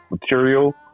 material